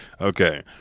Okay